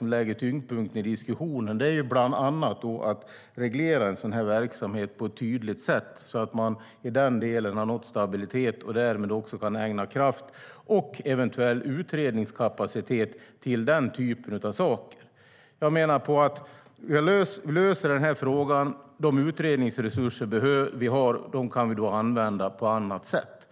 lägga tyngdpunkten i diskussionen där är bland annat att reglera en sådan verksamhet på ett tydligt sätt, så att man har nått stabilitet i den delen. Därmed kan man också ägna kraft och eventuell utredningskapacitet åt den typen av saker. Jag menar att vi ska lösa den här frågan och då kan använda de utredningsresurser som vi har på ett annat sätt.